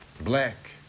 Black